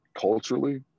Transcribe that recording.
culturally